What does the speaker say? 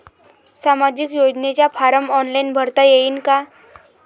सामाजिक योजनेचा form online भरता येईन का?